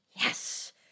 Yes